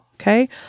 Okay